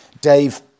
Dave